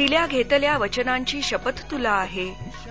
दिल्या घेतल्या वचनांची शपथ तुला आहे